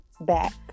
back